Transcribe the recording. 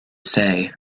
say